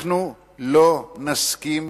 אנחנו לא נסכים